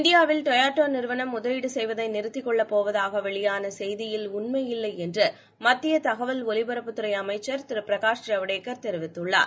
இந்தியாவில் டொயோடா நிறுவனம் முதலீடு செய்வதை நிறுத்திக் கொள்ளப்போவதாக வெளியான செய்தியில் உண்மையில்லை என்று மத்திய தகவல் ஒலிபரப்புத் துறை அமைச்சர் திரு பிரகாஷ் ஜவடேகர் தெரிவித்துள்ளார்